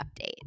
update